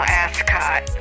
ascot